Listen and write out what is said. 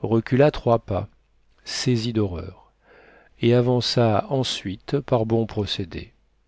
recula trois pas saisi d'horreur et avança ensuite par bon procédé